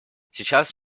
сейчас